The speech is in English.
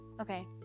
Okay